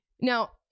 Now